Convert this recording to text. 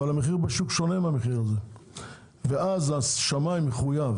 אבל המחיר בשוק שונה מהמחיר הזה ואז השמאי מחויב